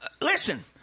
Listen